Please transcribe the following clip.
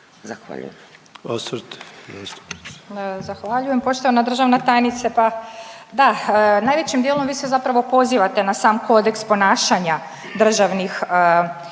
Zahvaljujem.